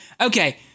Okay